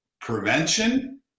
prevention